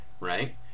right